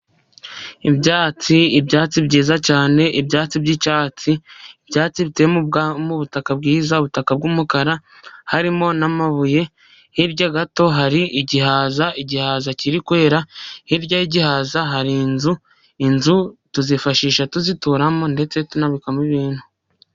Ibyatsi, ibyatsi byiza cyane, ibyatsi by'icyatsi, ibyatsi biteye mu butaka bwiza, ubutaka bw'umukara, harimo n'amabuye, hirya gato hari igihaza, igihaza kiri kwera, hirya y'igihaza hari inzu, inzu tuzifashisha tuzituramo ndetse tunabikamo ibintu.